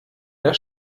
der